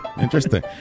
Interesting